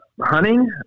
hunting